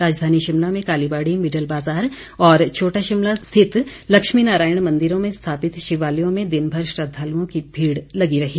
राजधानी शिमला में कालीबाड़ी मिडल बाज़ार और छोटा शिमला स्थित लक्ष्मी नारायण मंदिरों में स्थापित शिवालयों में दिनभर श्रद्धालुओं की भीड़ लगी रही